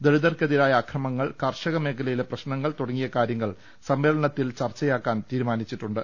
ദളിതർക്കെതിരായ അക്രമങ്ങൾ കാർഷിക മേഖല യിലെ പ്രശ്നങ്ങൾ തുടങ്ങിയ കാര്യങ്ങൾ സമ്മേളനത്തിൽ ചർച്ച യാക്കാൻ തീരുമാനിച്ചിട്ടുണ്ട്